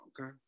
Okay